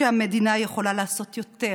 שהמדינה יכולה לעשות יותר